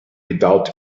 without